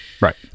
Right